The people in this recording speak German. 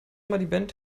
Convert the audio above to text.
nochmal